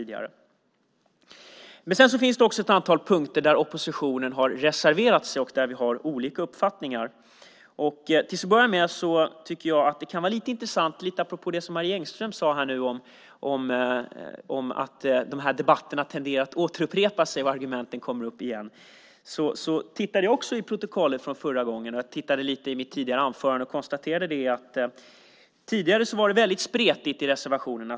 Det finns också ett antal punkter där oppositionen har reserverat sig och där vi har olika uppfattningar. Apropå det Marie Engström sade om att debatterna tenderar att återupprepa sig och att argumenten kommer tillbaka tittade jag också i protokollet från förra gången. När jag läste mitt anförande konstaterade jag att det tidigare var väldigt spretigt i reservationerna.